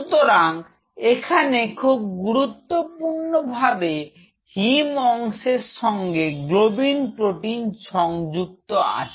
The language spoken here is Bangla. সুতরাং এখানে খুব গুরুত্বপূর্ণ ভাবে হিম অংশের সঙ্গে গ্লোবিন প্রোটিন যুক্ত আছে